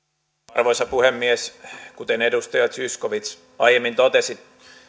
arvoisa puhemies kuten edustaja zyskowicz aiemmin totesi